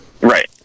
Right